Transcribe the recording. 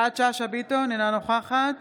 נוכחת